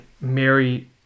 Mary